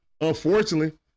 unfortunately